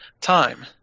time